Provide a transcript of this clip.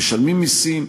משלמים מסים,